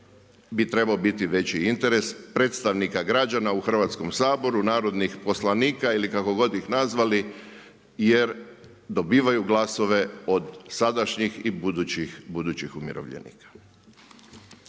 bi trebao biti veći interes predstavnika građana u Hrvatskom saboru, narodnih poslanika ili kako god ih nazvali jer dobivaju glasove od sadašnjih i budućih umirovljenika.